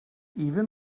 even